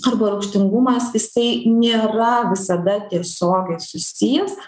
arba rūgštingumas jisai nėra visada tiesiogiai susijęs